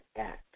act